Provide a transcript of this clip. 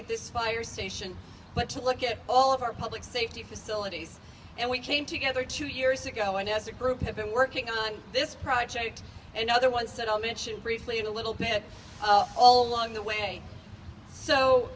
at this fire station but to look at all of our public safety facilities and we came together two years ago and as a group have been working on this project and other ones that i'll mention briefly in a little bit all along the way so